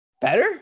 better